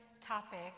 topic